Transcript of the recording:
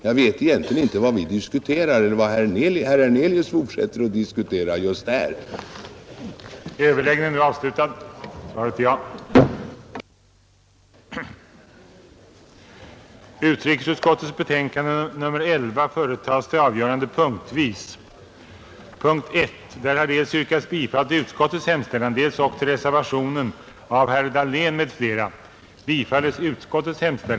Jag vet egentligen inte varför herr Hernelius fortsätter att diskutera just på den här punkten.